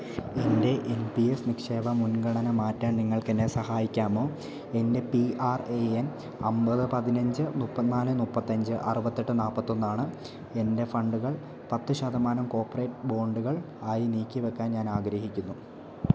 എൻ്റെ N P S നിക്ഷേപ മുൻഗണന മാറ്റാൻ നിങ്ങൾക്ക് എന്നെ സഹായിക്കാമോ എൻ്റെ പി ആർ എ എൻ അമ്പത് പതിനഞ്ച് മുപ്പത്തിനാല് മുപ്പത്തഞ്ച് അറുപത്തെട്ട് നാല്പത്തൊന്നാണ് എൻ്റെ ഫണ്ടുകൾ പത്തു ശതമാനം കോർപ്പറേറ്റ് ബോണ്ടുകൾ ആയി നീക്കിവയ്ക്കാൻ ഞാൻ ആഗ്രഹിക്കുന്നു